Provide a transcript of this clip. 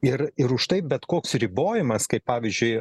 ir ir už tai bet koks ribojimas kaip pavyzdžiui